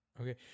Okay